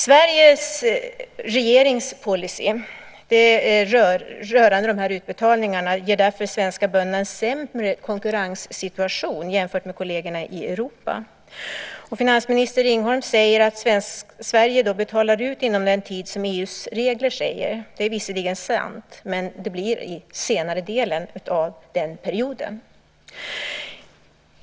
Sveriges regerings policy rörande dessa utbetalningar ger därför de svenska bönderna en sämre konkurrenssituation jämfört med kollegerna i Europa. Finansminister Ringholm säger att Sverige betalar ut pengarna inom den tid som sägs i EU:s regler. Det är visserligen sant. Men det blir i senare delen av den perioden.